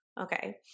okay